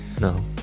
no